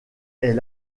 est